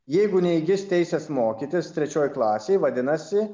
jeigu neįgis teisės mokytis trečioj klasėj vadinasi